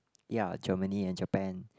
ya Germany and Japan